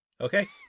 Okay